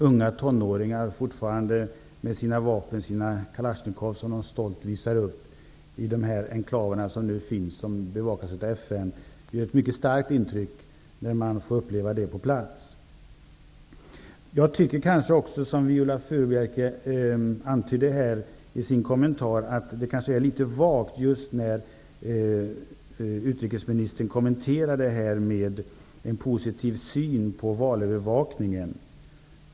Det gör ett mycket starkt intryck att på plats i de enklaver som nu finns och som bevakas av FN, få se unga tonåringar med sina vapen, sina kalasjnikov, som de stolt visar upp. Jag tycker kanske också, som Viola Furubjelke antydde i sin kommentar, att det är litet vagt när utrikesministern kommenterar detta med en positiv syn på valövervakningen.